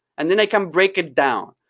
and then i can break it down.